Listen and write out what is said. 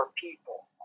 people